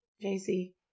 Jay-Z